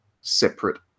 separate